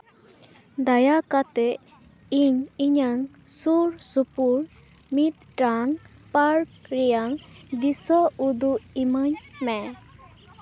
ᱫᱟᱭᱟ ᱠᱟᱛᱮ ᱤᱧ ᱤᱧᱟᱹᱜ ᱥᱩᱨ ᱥᱩᱯᱩᱨ ᱢᱤᱫᱴᱟᱱ ᱯᱟᱨᱴ ᱨᱮᱭᱟᱝ ᱫᱤᱥᱟᱹ ᱩᱫᱩᱜ ᱤᱢᱟᱹᱧ ᱢᱮ